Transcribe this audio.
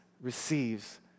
receives